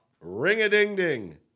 Ring-a-ding-ding